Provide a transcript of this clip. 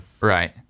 Right